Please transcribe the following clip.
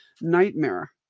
nightmare